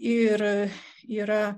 ir yra